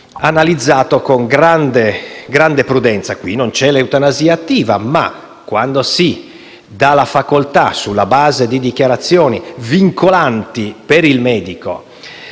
analizzato con grande prudenza. Qui non c'è l'eutanasia attiva ma quando si dà tale facoltà, sulla base di dichiarazioni vincolanti per il medico